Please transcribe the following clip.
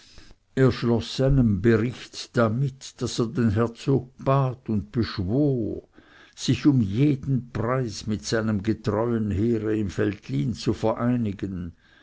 seinen bericht damit daß er den herzog bat und beschwor sich um jeden preis mit seinem getreuen heere im veltlin zu vereinigen